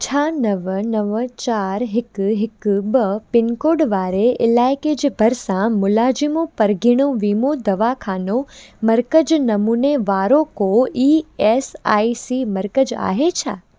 छा नव नव चार हिकु हिकु ॿ पिनकोड वारे इलाइके जे भरिसां मुलाज़िमु परगि॒णो वीमो दवाख़ानो मर्कज़ु नमूने वारो को ई एस आई सी मर्कज़ु आहे छा